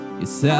yes